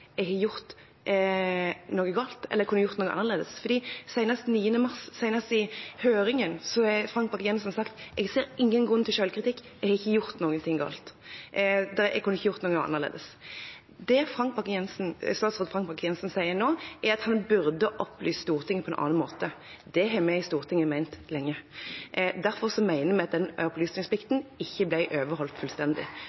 Jeg har gjort noe galt, eller kunne gjort noe annerledes. For senest 9. mars og senest i høringen har Frank Bakke-Jensen sagt: Jeg ser ingen grunn til selvkritikk, jeg har ikke gjort noe galt, jeg kunne ikke gjort noe annerledes. Det statsråd Frank Bakke-Jensen sier nå, er at han burde opplyst Stortinget på en annen måte. Det har vi i Stortinget ment lenge. Derfor mener vi at den